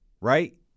right